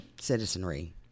citizenry